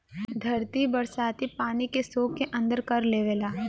धरती बरसाती पानी के सोख के अंदर कर लेवला